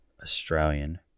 Australian